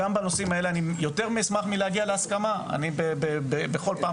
גם בנושאים האלה אני אשמח להגיע להסכמה, אבל